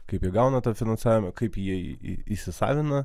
kaip jie gauna tą finansavimą kaip jie įsisavina